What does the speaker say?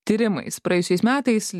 tyrimais praėjusiais metais